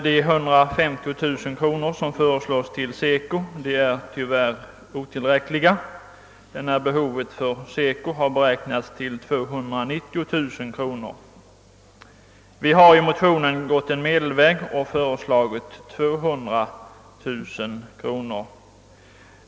Dessa 150 000 kronor är dock tyvärr otillräckliga, enär behovet har beräknats till 290 000 kronor. Vi har i motionen gått en medelväg och föreslagit 200 000 kronor.